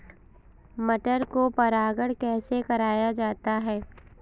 मटर को परागण कैसे कराया जाता है?